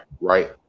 right